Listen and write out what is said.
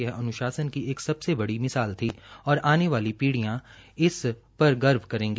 यह अनुशासन की एक सबसे बड़ी मिसाल थी और आने वाली पीढियां इस पर गर्व करेगी